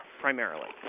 primarily